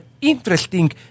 interesting